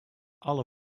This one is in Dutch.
alle